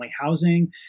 housing